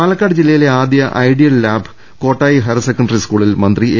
പാലക്കാട് ജില്ലയിലെ ആദ്യ ideal lab Kottayi higher secondary സ്കൂളിൽ മന്ത്രി എ